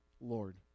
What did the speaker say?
Lord